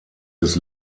des